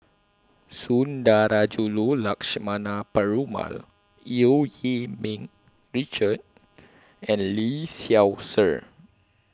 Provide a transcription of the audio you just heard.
Sundarajulu Lakshmana Perumal EU Yee Ming Richard and Lee Seow Ser